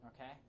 okay